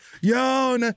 yo